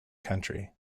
country